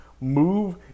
move